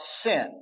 sin